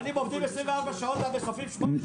הנמלים עובדים 24 שעות, המסופים שמונה שעות.